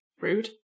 rude